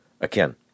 again